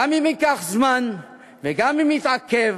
גם אם ייקח זמן וגם אם יתעכב,